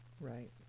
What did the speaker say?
right